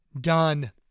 done